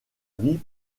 vie